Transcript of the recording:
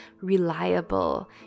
reliable